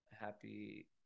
Happy